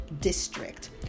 district